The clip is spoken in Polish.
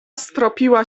stropiła